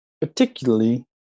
particularly